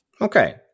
Okay